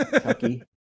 Chucky